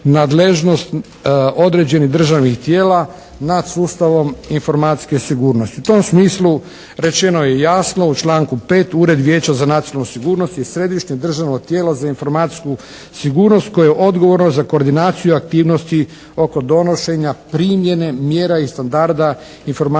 nadležnost određenih državnih tijela nad sustavom informacijske sigurnosti. U tom smislu rečeno je jasno u članku 5. Ured Vijeća za nacionalnu sigurnost i središnje državno tijelo za informacijsku sigurnost koje je odgovorno za koordinaciju aktivnosti oko donošenja primjene mjera i standarda informacijske